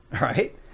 right